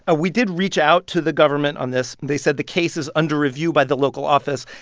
and we did reach out to the government on this. they said the case is under review by the local office,